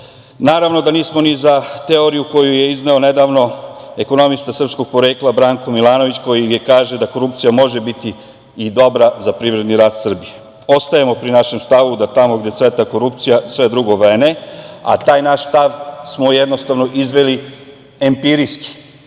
da nismo ni za teoriju koju je izneo nedavno ekonomista srpskog porekla, Branko Milanović, koji kaže da korupcija može biti i dobra za privredni rast Srbije. Ostajemo pri našem stavu da tamo gde cveta korupcija sve drugo vene, a taj naš stav smo jednostavno izveli empirijski,